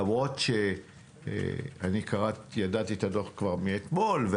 אני ידעתי את הדוח כבר מאתמול.